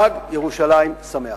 חג ירושלים שמח.